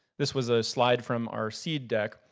this was a slide from our seed deck,